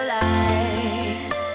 life